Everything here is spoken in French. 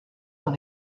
dans